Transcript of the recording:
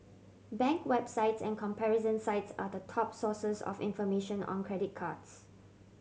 bank websites and comparison sites are the top sources of information on credit cards